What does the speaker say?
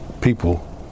people